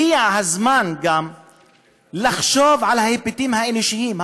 הגיע הזמן גם לחשוב על ההיבטים האנושיים,